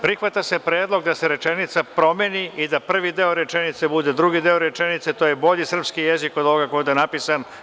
Prihvata se predlog da se rečenica promeni i da prvi deo rečenice bude drugi deo rečenice, to je bolji srpski jezik od ovog koji je ovde napisan.